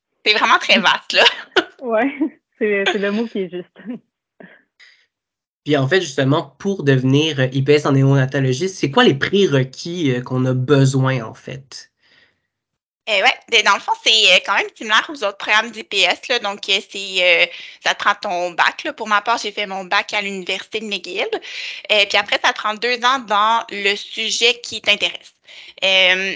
C'est vraiment très vaste, là. Ouais, c'est- c'est le mot qui est juste. Puis en fait, justement, pour devenir IPS en néonatologie, c'est quoi les prérequis, euh, qu'on a besoin, en fait? Eh ouais, ben dans le fond, c'est, euh, quand même similaire aux autres programmes d'IPS, là. Donc, euh, c'est, euh, ça te prend ton bac, là. Pour ma part, j'ai fait mon bac à l'Université de McGill. Et puis après, ça te prend deux ans dans le sujet qui t'intéresse. Euh,